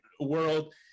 world